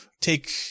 take